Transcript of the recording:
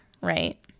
right